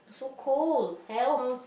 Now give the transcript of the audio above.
so cold help